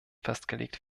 festgelegt